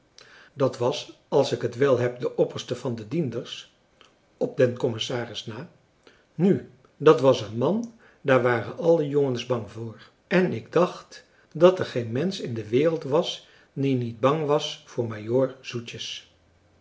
dat was als ik het wel heb de opperste van de dienders op den commissaris na nu dat was een man daar waren alle jongens bang voor en ik dacht dat er geen mensch in de wereld was die niet bang was voor majoor zoetjes